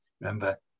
remember